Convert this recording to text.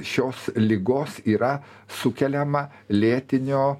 šios ligos yra sukeliama lėtinio